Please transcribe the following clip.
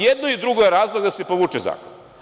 Jedno i drugo razlog da se povuče zakon.